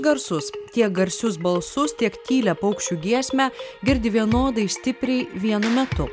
garsus tiek garsius balsus tiek tylią paukščių giesmę girdi vienodai stipriai vienu metu